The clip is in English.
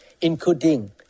including